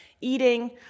eating